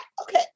Okay